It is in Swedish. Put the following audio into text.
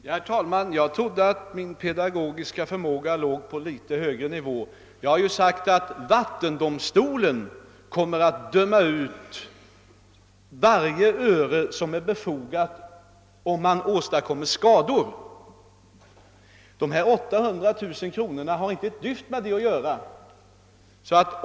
Herr talman! Jag trodde att min pedagogiska förmåga låg på en litet högre nivå. Jag har ju sagt att vattendomsolen kommer att döma ut varje öre som är befogat om skador åstadkommes. De 800 000 kronorna har inte ett dyft med det att göra.